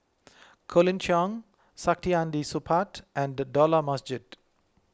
Colin Cheong Saktiandi Supaat and Dollah Majid